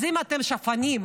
אז אם אתם שפנים,